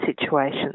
situations